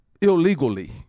illegally